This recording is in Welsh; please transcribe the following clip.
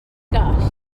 goll